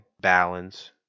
balance